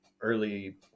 early